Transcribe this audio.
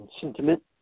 sentiment